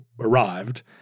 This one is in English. arrived